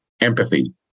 empathy